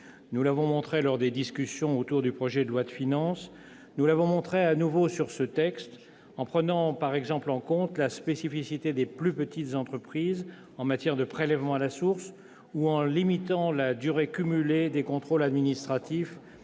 Nous l'avons montré lors des discussions consacrées au dernier projet de loi de finances. Nous l'avons montré à nouveau lors de l'examen de ce texte, en prenant par exemple en compte la spécificité des plus petites entreprises en matière de prélèvement à la source ou en limitant la durée cumulée des contrôles administratifs